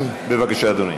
תשע"ו,